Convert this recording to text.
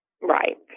Right